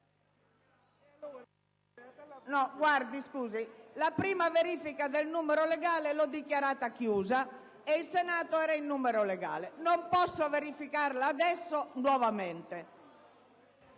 PRESIDENTE. La prima verifica del numero legale l'ho dichiarata chiusa e il Senato era in numero legale. Non posso verificarla nuovamente